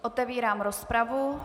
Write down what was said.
Otevírám rozpravu.